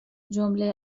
جمله